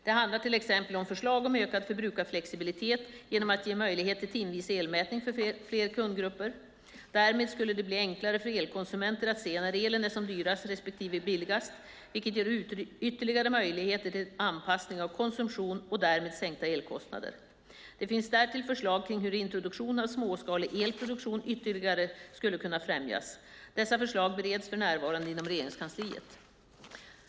Det handlar till exempel om förslag om ökad förbrukarflexibilitet genom att ge möjlighet till timvis elmätning för fler kundgrupper. Därmed skulle det bli enklare för elkonsumenter att se när elen är som dyrast respektive billigast, vilket ger ytterligare möjligheter till anpassning av konsumtionen och därmed sänkta elkostnader. Det finns därtill förslag kring hur introduktionen av småskalig elproduktion ytterligare skulle kunna främjas. Dessa förslag bereds för närvarande inom Regeringskansliet.